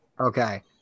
Okay